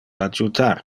adjutar